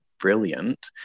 brilliant